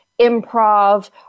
improv